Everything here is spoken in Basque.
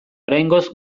oraingoz